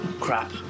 Crap